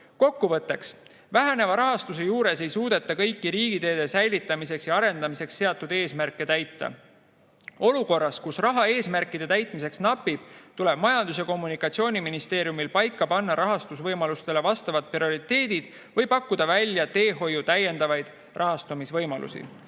Kokkuvõtteks. Väheneva rahastuse tõttu ei suudeta kõiki riigiteede säilitamiseks ja arendamiseks seatud eesmärke täita. Olukorras, kus raha eesmärkide täitmiseks napib, tuleb Majandus‑ ja Kommunikatsiooniministeeriumil paika panna rahastusvõimalustele vastavad prioriteedid või pakkuda välja teehoiu rahastamise täiendavaid võimalusi.